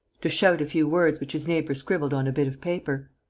to shout a few words which his neighbour scribbled on a bit of paper.